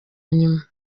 nyuma